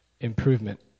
improvement